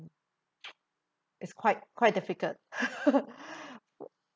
it's quite quite difficult